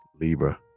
Libra